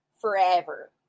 forever